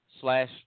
slash